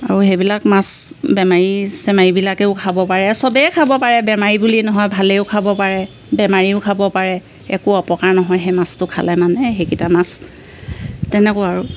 আৰু সেইবিলাক মাছ বেমাৰী চেমাৰীবিলাকেও খাব পাৰে চবেই খাব পাৰে বেমাৰী বুলি নহয় ভালেও খাব পাৰে বেমাৰীয়েও খাব পাৰে একো অপকাৰ নহয় সেই মাছটো খালে মানে সেইকিটা মাছ তেনেকুৱা আৰু